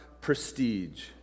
prestige